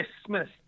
Christmas